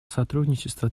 сотрудничества